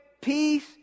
peace